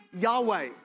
Yahweh